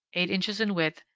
eight inches in width,